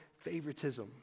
favoritism